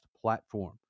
platform